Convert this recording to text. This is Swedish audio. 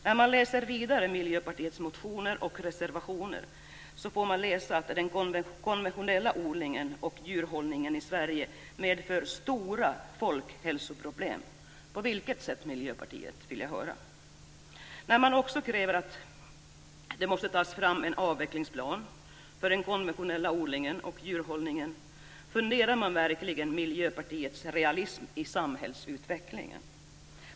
När man läser vidare i Miljöpartiets motioner och reservationer får man veta att den konventionella odlingen och djurhållningen i Sverige medför stora folkhälsoproblem - på vilket sätt, Miljöpartiet? När Miljöpartiet också kräver att det måste "tas fram en avvecklingsplan för den konventionella odlingen och djurhållningen" funderar man verkligen över miljöpartisternas realism i samhällsutvecklingen.